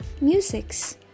musics